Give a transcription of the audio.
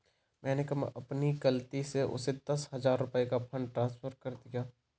मैंने कल अपनी गलती से उसे दस हजार रुपया का फ़ंड ट्रांस्फर कर दिया